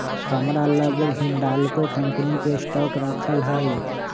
हमरा लग हिंडालको कंपनी के स्टॉक राखल हइ